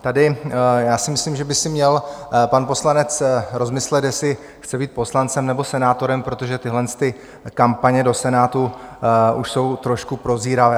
Tady já si myslím, že by si měl pan poslanec rozmyslet, jestli chce být poslancem, nebo senátorem, protože tyhlety kampaně do Senátu už jsou trošku prozíravé.